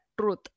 truth